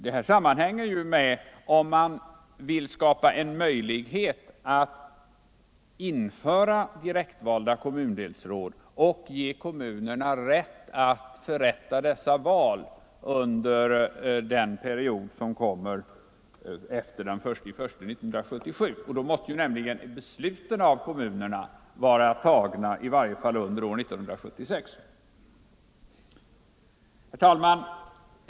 Detta sammanhänger med viljan att skapa en möjlighet att införa direktvalda kommundelsråd och ge kommunerna rätt att genomföra val till dessa under den period som börjar den 1 januari 1977. Härför fordras nämligen att kommunerna haft möjlighet att ta ställning till frågan i varje fall under 1976. Herr talman!